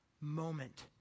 moment